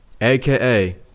aka